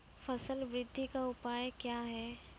फसल बृद्धि का उपाय क्या हैं?